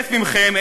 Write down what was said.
ל-1,000 מכם,